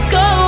go